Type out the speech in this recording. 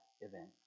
event